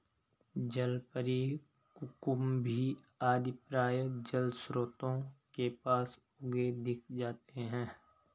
जलपरी, कुकुम्भी आदि प्रायः जलस्रोतों के पास उगे दिख जाते हैं